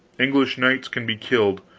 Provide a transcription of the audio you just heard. english knights can be killed,